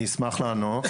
אני אשמח לענות.